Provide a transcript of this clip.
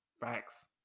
Facts